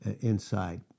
inside